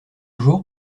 jour